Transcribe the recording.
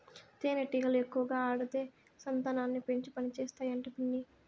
తేనెటీగలు ఎక్కువగా ఆడదే సంతానాన్ని పెంచి పనిచేస్తాయి అంట పిన్ని